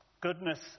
goodness